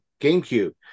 GameCube